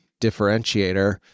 differentiator